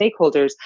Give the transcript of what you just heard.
stakeholders